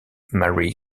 mary